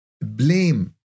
blame